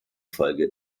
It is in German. folge